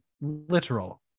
literal